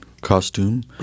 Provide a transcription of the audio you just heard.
costume